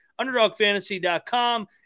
underdogfantasy.com